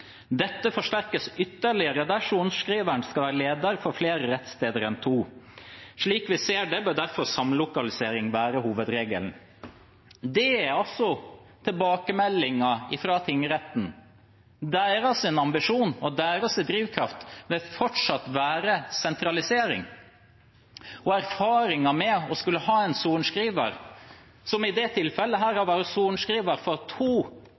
Dette forsterkes ytterligere der sorenskriveren skal være leder for flere rettssteder enn to. Slik vi ser det bør derfor samlokalisering være hovedregelen.» Dette er altså tilbakemeldingen fra tingretten. Deres ambisjon og deres drivkraft vil fortsatt være sentralisering, og erfaringen med å skulle ha en sorenskriver som i dette tilfellet skal være sorenskriver for to